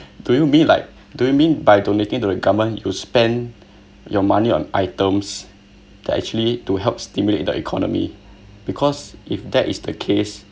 do you mean like do you mean by donating to the government you spend your money on items to actually to help stimulate the economy because if that is the case